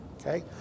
okay